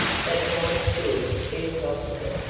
but might still be possible.